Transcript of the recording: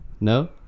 No